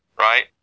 right